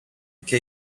και